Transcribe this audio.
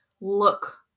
look